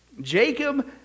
Jacob